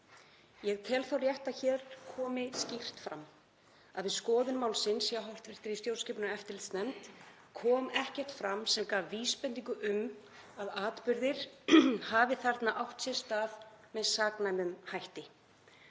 Ég tel þó rétt að hér komi skýrt fram að við skoðun málsins hjá hv. stjórnskipunar- og eftirlitsnefnd kom ekkert fram sem gaf vísbendingu um að atburðir hafi þarna átt sér stað með saknæmum hætti.